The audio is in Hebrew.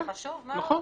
וזה חשוב מאוד.